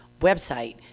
website